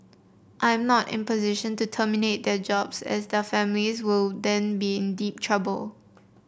I am not in a position to terminate their jobs as their families will then be in deep trouble